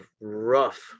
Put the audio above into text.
rough